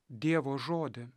dievo žodį